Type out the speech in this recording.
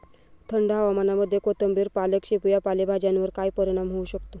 थंड हवामानामध्ये कोथिंबिर, पालक, शेपू या पालेभाज्यांवर काय परिणाम होऊ शकतो?